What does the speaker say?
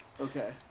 Okay